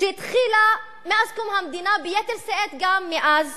שהתחילה מאז קום המדינה, ביתר שאת גם מאז